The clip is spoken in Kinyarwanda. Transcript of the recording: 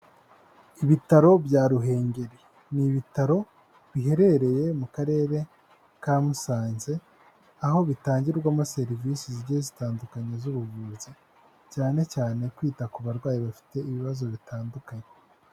Ibitaro bya Ruhengeri. Ni ibitaro biherereye mu karere ka Musanze, aho bitangirwamo serivise zigiye zitandukanye z'ubuvuzi cyane cyane kwita ku barwayi bafite ibibazo bitandukanye.